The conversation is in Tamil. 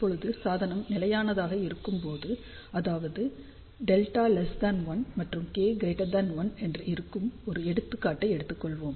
இப்போது சாதனம் நிலையானதாக இருக்கும்போது அதாவது Δ1 மற்றும் K1 என்று இருக்கும் ஒரு எடுத்துக்காட்டை எடுத்துக்கொள்வோம்